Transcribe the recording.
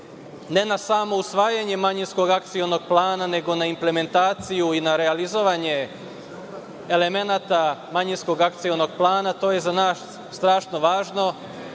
ne samo na usvajanje manjinskog akcionog plana, nego na implementaciju i na realizovanje elemenata manjinskog akcionog plana, to je za nas strašno važno,